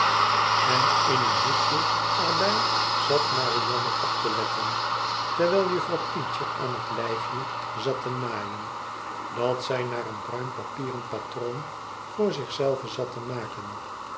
en in een hoekje er bij zat marianne op te letten terwijl juffrouw peecher aan het lijfje zat te naaien dat zij naar een bruin papieren patroon voor zich zelve zatte maken